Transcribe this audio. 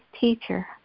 teacher